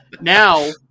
now